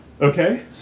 Okay